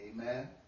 Amen